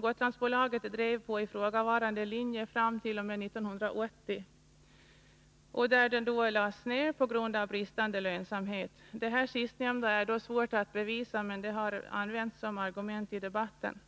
Gotlandsbolaget drev färjetrafik på ifrågavarande linje fram t.o.m. 1980, då den lades ned på grund av bristande lönsamhet. Detta sistnämnda är svårt att bevisa, men det har använts som argument i debatten.